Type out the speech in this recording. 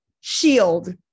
shield